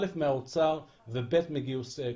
א', מהאוצר, ב', מגיוס כספים.